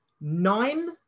nine